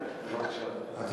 בבקשה, אדוני.